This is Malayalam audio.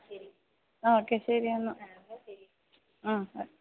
ആ ഒക്കെ ശരി എന്നാൽ ആ